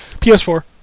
PS4